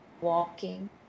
walking